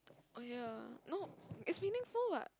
oh ya no it's meaningful what